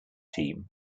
team